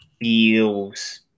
feels